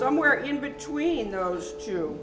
somewhere in between the two